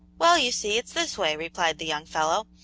well, you see it's this way, replied the young fellow.